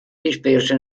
disperse